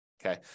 Okay